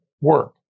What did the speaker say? work